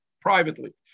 privately